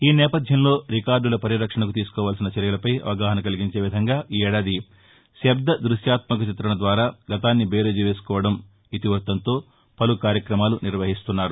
ఈ నేపథ్యంలో రికార్దుల పరిరక్షణకు తీసుకోవాల్సిన చర్యలపై అవగాహన కలిగించే విధంగా ఈ ఏడాది శబ్ద దృశ్యాత్మక చిత్రణ ద్వారా గతాన్ని బేరీజు వేసుకోవడం ఇతి వృత్తంతో పలు కార్యక్రమాలు నిర్వహిస్తున్నారు